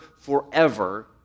forever